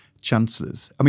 chancellors